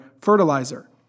fertilizer